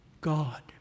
God